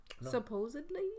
Supposedly